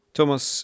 Thomas